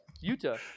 utah